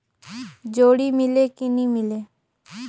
जोणी मीले कि नी मिले?